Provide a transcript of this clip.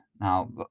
Now